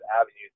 avenues